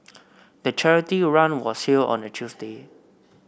the charity run was held on a Tuesday